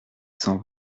cent